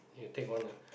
you take one lah